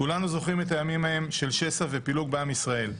כולנו זוכרים את הימים ההם של שסע ופילוג בעם ישראל.